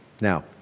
Now